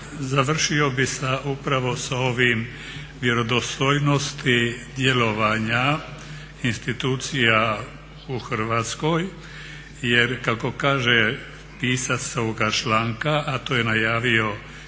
Završio bi upravo s ovim vjerodostojnosti djelovanja institucija u Hrvatskoj jer kako kaže pisac ovoga članka a to je najavio i dotični